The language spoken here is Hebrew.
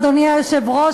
אדוני היושב-ראש,